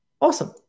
Awesome